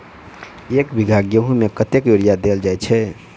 एक बीघा गेंहूँ मे कतेक यूरिया देल जाय छै?